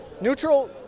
Neutral